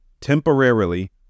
temporarily